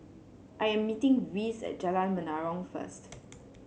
I am meeting Reece at Jalan Menarong first